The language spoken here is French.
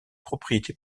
propriété